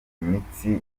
imitsi